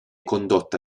condotta